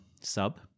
sub